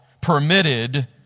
permitted